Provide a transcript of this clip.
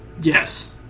yes